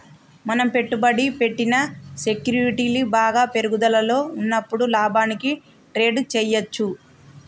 మనం పెట్టుబడి పెట్టిన సెక్యూరిటీలు బాగా పెరుగుదలలో ఉన్నప్పుడు లాభానికి ట్రేడ్ చేయ్యచ్చు